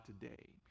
today